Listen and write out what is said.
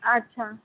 আচ্চা